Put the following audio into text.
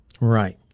right